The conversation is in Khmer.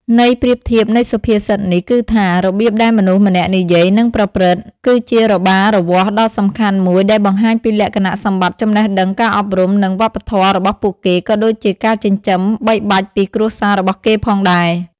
ន័យប្រៀបធៀបនៃសុភាសិតនេះគឺថា របៀបដែលមនុស្សម្នាក់និយាយ និងប្រព្រឹត្ត គឺជារបារវាស់ដ៏សំខាន់មួយដែលបង្ហាញពីលក្ខណៈសម្បត្តិ ចំណេះដឹង ការអប់រំ និងវប្បធម៌របស់ពួកគេ ក៏ដូចជាការចិញ្ចឹមបីបាច់ពីគ្រួសាររបស់គេផងដែរ។